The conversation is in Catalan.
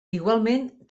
igualment